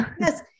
Yes